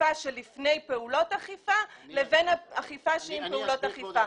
אכיפה שלפני פעולות אכיפה לבין אכיפה שהיא עם פעולות אכיפה.